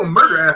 murder